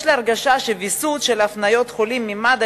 יש לי הרגשה שוויסות של הפניית חולים ממד"א